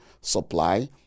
supply